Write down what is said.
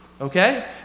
okay